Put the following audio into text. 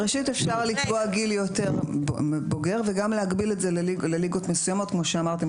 אפשר לקבוע גיל יותר בוגר וגם להגביל את זה לליגות מסוימות כמו שאמרתם,